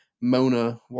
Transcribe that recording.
Mona